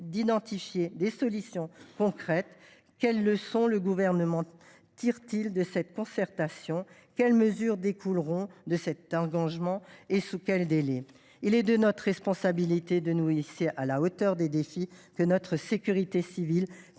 d’identifier des solutions concrètes. Quelles leçons le Gouvernement tire t il de ce travail ? Quelles mesures découleront de ces échanges et sous quels délais ? Il est de notre responsabilité de nous hisser à la hauteur des défis que notre sécurité civile, pilier